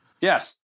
Yes